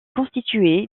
constitué